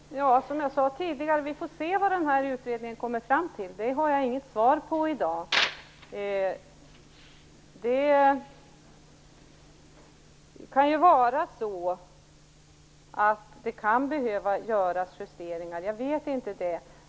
Fru talman! Som jag sade tidigare får vi se vad utredningen kommer fram till. Det kan jag inte svara på i dag. Det kan ju behöva göras justeringar, men det vet jag inte.